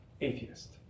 Atheist